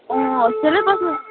अँ होस्टेलै बस्नु